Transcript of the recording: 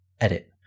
edit